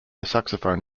saxophone